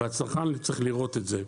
הצרכן צריך לראות את זה.